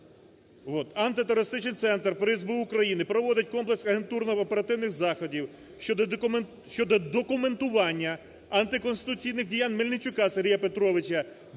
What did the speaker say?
Антитерористичний центр при СБУ України проводить комплекс агентурно-оперативних заходів щодо документування антиконституційних діянь Мельничука Сергія Петровича